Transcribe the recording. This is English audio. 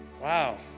Wow